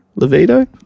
Levito